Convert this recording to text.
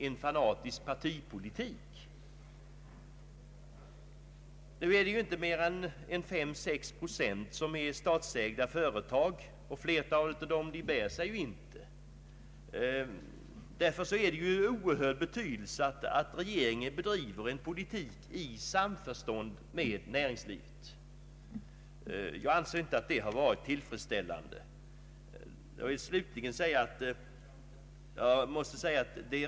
I dag utgör de statsägda företagen inte mer än 5 å 6 procent av samtliga företag, och flertalet av dem bär sig inte. Därför är det av oerhörd betydelse att regeringen bedriver en politik i samförstånd med näringslivet. Jag anser att politiken i det avseendet har varit otillfredsställande.